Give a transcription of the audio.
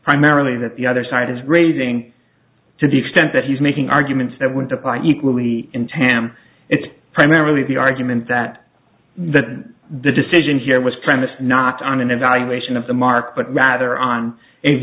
primarily that the other side is raising to the extent that he's making arguments that went apply equally in tam it's primarily the argument that that the decision here was premised not on an evaluation of the market but rather on